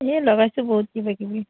এই লগাইছোঁ বহুত কিবাকিবি